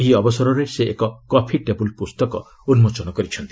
ଏହି ଅବସରରେ ସେ ଏକ କଫି ଟେବ୍ରଲ୍ ପ୍ରସ୍ତକ ଉନ୍କୋଚନ କରିଛନ୍ତି